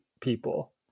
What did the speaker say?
people